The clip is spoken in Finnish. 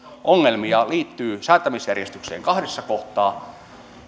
ongelmia liittyy säätämisjärjestykseen kahdessa kohtaa